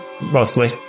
mostly